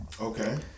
Okay